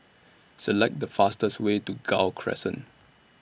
Select The fastest Way to Gul Crescent